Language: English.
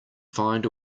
find